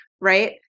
right